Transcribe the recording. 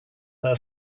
her